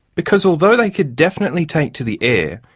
because although they could definitely take to the air,